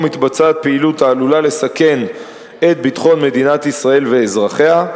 מתבצעת פעילות העלולה לסכן את ביטחון מדינת ישראל ואזרחיה,